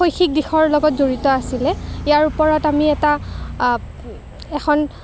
শৈক্ষিক দিশৰ লগত জড়িত আছিলে ইয়াৰ ওপৰত আমি এটা এখন